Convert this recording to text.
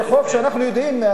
זה חוק שאנחנו יודעים,